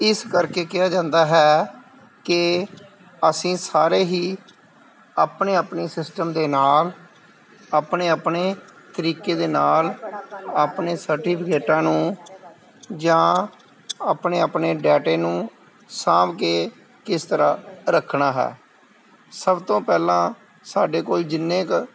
ਇਸ ਕਰਕੇ ਕਿਹਾ ਜਾਂਦਾ ਹੈ ਕਿ ਅਸੀਂ ਸਾਰੇ ਹੀ ਆਪਣੇ ਆਪਣੇ ਸਿਸਟਮ ਦੇ ਨਾਲ ਆਪਣੇ ਆਪਣੇ ਤਰੀਕੇ ਦੇ ਨਾਲ ਆਪਣੇ ਸਰਟੀਫਿਕੇਟਾਂ ਨੂੰ ਜਾਂ ਆਪਣੇ ਆਪਣੇ ਡਾਟੇ ਨੂੰ ਸਾਂਭ ਕੇ ਕਿਸ ਤਰ੍ਹਾਂ ਰੱਖਣਾ ਹੈ ਸਭ ਤੋਂ ਪਹਿਲਾਂ ਸਾਡੇ ਕੋਲ ਜਿੰਨੇ ਕੁ